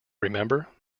remember